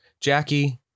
jackie